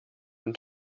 von